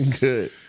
Good